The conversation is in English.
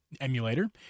emulator